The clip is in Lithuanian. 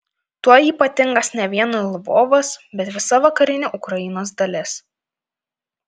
tuo ypatingas ne vien lvovas bet visa vakarinė ukrainos dalis